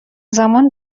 زمان